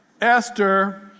Esther